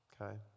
Okay